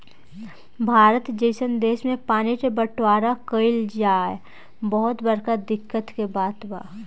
भारत जइसन देश मे पानी के बटवारा कइल बहुत बड़का दिक्कत के बात बा